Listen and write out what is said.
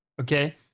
okay